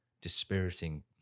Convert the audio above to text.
dispiriting